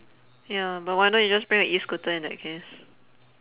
ya but why not you just bring your E-scooter in that case